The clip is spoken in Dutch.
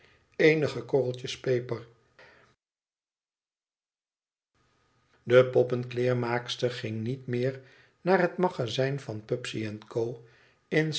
eenige korreltjes peper de poppenkleermaakster ging niet meer naar het magazijn van pnbsey en co in